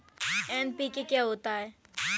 NPK क्या होता है?